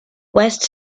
west